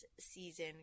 season